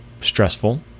stressful